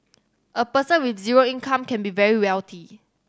a person with zero income can be very wealthy